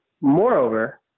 Moreover